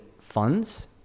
funds